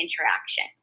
interaction